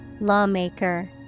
Lawmaker